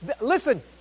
Listen